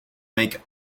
make